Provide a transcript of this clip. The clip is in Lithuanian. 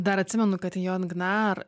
dar atsimenu kad jon gnar